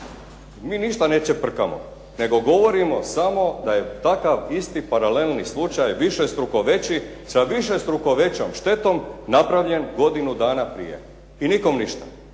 Mi ništa ne čeprkamo nego govorimo samo da je takav isti paralelni slučaj višestruko veći sa višestruko većom štetom napravljen godinu dana prije, i nikome ništa.